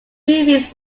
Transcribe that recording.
movies